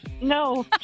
No